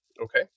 Okay